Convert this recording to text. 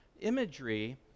Imagery